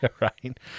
right